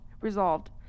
resolved